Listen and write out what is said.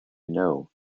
know